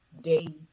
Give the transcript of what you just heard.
day